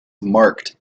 marked